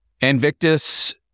Invictus